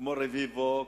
כמו רביבו,